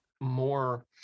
more